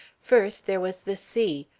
first, there was the sea,